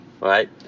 Right